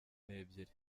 n’ebyiri